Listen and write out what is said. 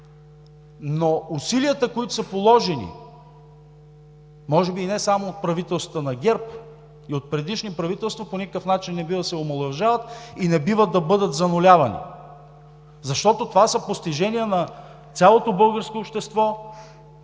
но усилията, които са положени – може би и не само от правителствата на ГЕРБ, и от предишни правителства, по никакъв начин не бива да се омаловажават и не бива да бъдат занулявани. Защото това са постижения на цялото българско общество,